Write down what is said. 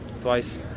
twice